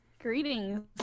Greetings